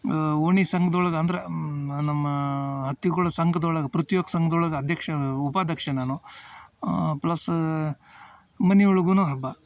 ಓಣಿ ಸಂಘ್ದೊಳಗೆ ಅಂದ್ರೆ ನಮ್ಮ ಹತ್ತಿಕುಳ ಸಂಘ್ದೊಳಗೆ ಪೃಥ್ವಿ ಯುವಕ ಸಂಘ್ದೊಳಗೆ ಅಧ್ಯಕ್ಷ ನಾನು ಉಪಾದ್ಯಕ್ಷ ನಾನು ಪ್ಲಸ್ ಮನೆ ಒಳಗೂ ಹಬ್ಬ